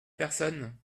personne